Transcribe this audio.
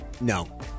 No